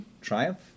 Triumph